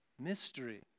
mystery